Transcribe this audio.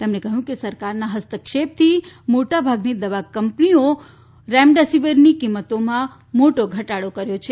તેમણે કહ્યું કે સરકારના હસ્તક્ષેપથી મોટા ભાગની દવા ઉત્પાદન કંપનીઓએ રેમડેસીવીરની કિંમતોમાં મોટો ઘટાડો કર્યો છે